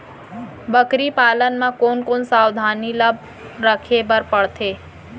बकरी पालन म कोन कोन सावधानी ल रखे बर पढ़थे?